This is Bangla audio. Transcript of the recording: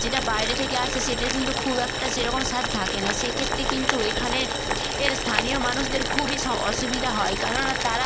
যেটা বাইরে থেকে আসে সেটার কিন্তু খুব একটা সেরকম স্বাদ থাকে না সেক্ষেত্রে কিন্তু এখানে এর স্থানীয় মানুষদের খুবই অসুবিধা হয় কারণ তারা